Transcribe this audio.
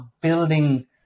building